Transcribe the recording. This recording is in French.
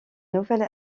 nouvelle